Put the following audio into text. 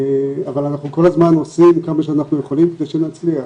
אבל אנחנו כל הזמן עושים כמה מה שאנחנו יכולים כדי שנצליח.